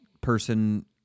person